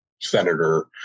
senator